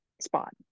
spot